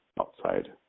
outside